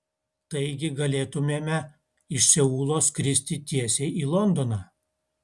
taigi galėtumėme iš seulo skristi tiesiai į londoną